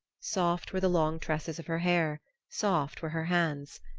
soft were the long tresses of her hair soft were her hands.